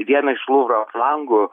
vieną iš luvro langų